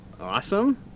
Awesome